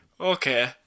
Okay